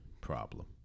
problem